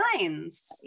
lines